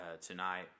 tonight